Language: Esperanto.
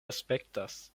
aspektas